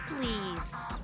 please